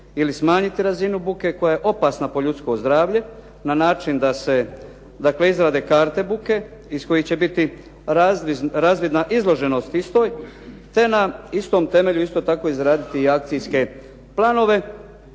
ili smanjiti razinu buke koja je opasna po ljudsko zdravlje na način da se izvade karte buke iz kojih će biti razvidna izloženost istoj te na istom temelju isto tako izraditi i akcijske planove